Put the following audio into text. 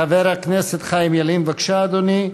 חבר הכנסת חיים ילין, בבקשה, אדוני.